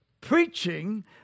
preaching